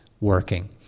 working